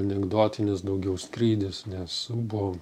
anekdotinis daugiau skrydis nes buvo